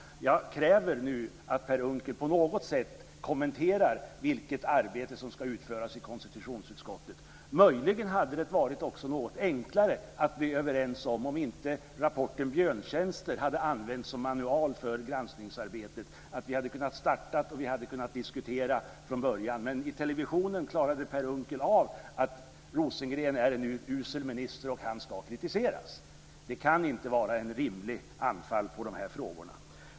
Jag kräver nu att Per Unckel på något sätt kommenterar vilket arbete som ska utföras i konstitutionsutskottet. Möjligen hade det också varit något enklare att bli överens om detta om inte rapporten Björntjänster hade använts som manual för granskningsarbetet. Då hade vi kunnat starta och diskutera från början. Men i televisionen klarade Per Unckel ut att Rosengren är en usel minister och att han ska kritiseras. Det kan inte vara en rimlig infallsvinkel på de här frågorna.